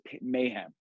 mayhem